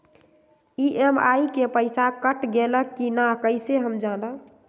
EMI के पईसा कट गेलक कि ना कइसे हम जानब?